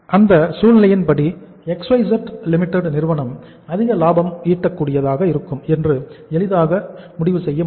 அந்த சூழ்நிலையின் படி XYZ Limited நிறுவனம் அதிக லாபம் ஈட்ட கூடியதாக இருக்கும் என்று எளிதாக முடிவு செய்ய முடியும்